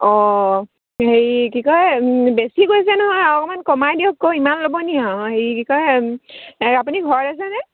অঁ হেৰি কি কয় বেছি কৈছে নহয় আৰু অকণমান কমাই দিয়ক আকৌ ইমান ল'ব নেকি আৰু হেৰি কি কয় আপুনি ঘৰত আছেনে